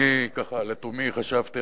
אני לתומי חשבתי,